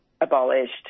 abolished